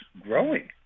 growing